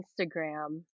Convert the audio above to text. Instagram